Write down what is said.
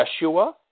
Yeshua